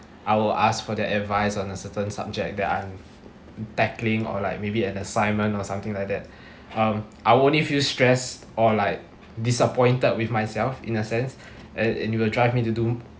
I will ask for their advice on a certain subject that I'm tackling or like maybe an assignment or something like that um I will only feel stressed or like disappointed with myself in a sense and it will drive me to do